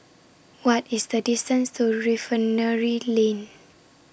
What IS The distance to Refinery Lane